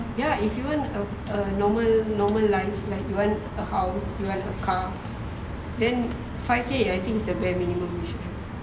ya if you want a normal normal life like you want a house you want a car then five K I think it's the bare minimum